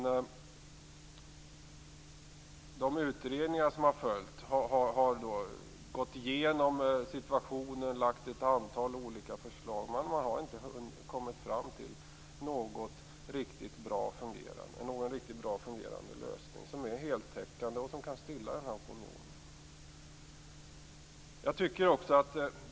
I de utredningar som har följt har man gått igenom situationen och lagt fram olika förslag, men man har inte kommit fram till en bra fungerande och heltäckande lösning som kan stilla opinionen.